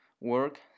work